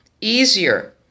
easier